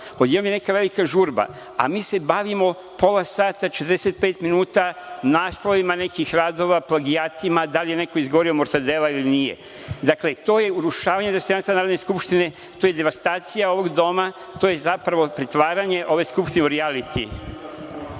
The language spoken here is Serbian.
odjednom je neka velika žurba, a mi se bavimo pola sata, 45 minuta naslovima nekih radova, plagijatima, da li je neko izgovorio „mortadela“12 ili nije. Dakle, to je urušavanje dostojanstva Narodne skupštine, to je devastacija ovog doma, to je zapravo pretvaranje ove Skupštine u rijaliti.